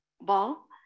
ball